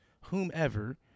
whomever